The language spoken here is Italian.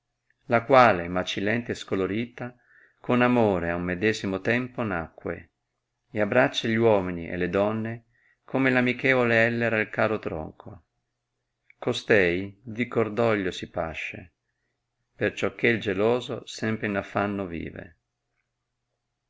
la quale macilente e scolorita con amore ad un medesimo tempo nacque ed abbraccia gli uomini e le donne come l amichevole ellera il caro tronco costei di cordoglio si pasce perciò che il geloso sempre in affanno vive